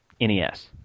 NES